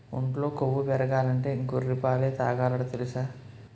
ఒంట్లో కొవ్వు పెరగాలంటే గొర్రె పాలే తాగాలట తెలుసా?